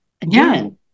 again